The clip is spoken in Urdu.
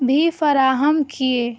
بھی فراہم کیے